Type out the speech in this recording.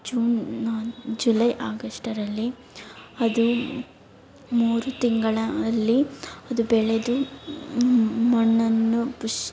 June July ಆಗಷ್ಟರಲ್ಲಿ ಅದು ಮೂರು ತಿಂಗಳಲ್ಲಿ ಅದು ಬೆಳೆದು ಮಣ್ಣನ್ನು ಬುಷ್